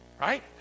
right